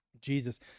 Jesus